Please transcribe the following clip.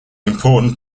important